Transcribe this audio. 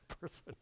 person